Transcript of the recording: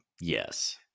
Yes